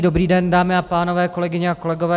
Dobrý den dámy a pánové, kolegyně a kolegové.